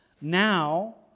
now